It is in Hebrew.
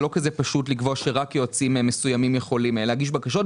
זה לא כזה פשוט לקבוע שרק יועצים מסוימים יכולים להגיש בקשות.